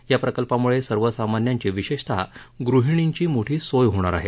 या प्रकल्पामुळे सर्व सामान्यांची विशेष गृहिणींची मोठी सोय होणार आहे